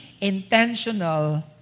intentional